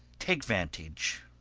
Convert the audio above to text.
take vantage,